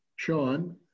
Sean